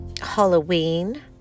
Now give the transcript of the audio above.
Halloween